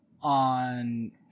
on